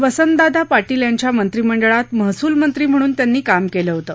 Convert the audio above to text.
वसंतदादा पाटील यांच्या मंत्रिमंडळात महसूल मंत्री म्हणून त्यांनी काम केलं होतं